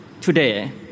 today